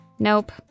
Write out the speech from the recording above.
Nope